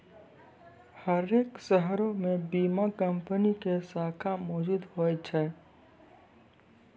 हरेक शहरो मे बीमा कंपनी के शाखा मौजुद होय छै